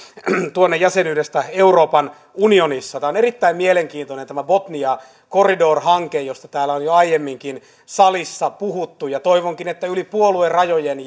jäsenyydestä euroopan unionissa on erittäin mielenkiintoinen tämä bothnian corridor hanke josta täällä salissa on jo aiemminkin puhuttu ja toivonkin että yli puoluerajojen